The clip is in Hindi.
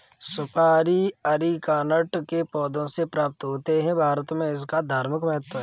सुपारी अरीकानट के पौधों से प्राप्त होते हैं भारत में इसका धार्मिक महत्व है